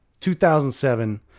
2007